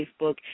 Facebook